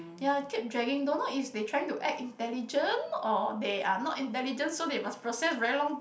ya keep dragging don't know is they trying to act intelligent or they are not intelligent so they must process very long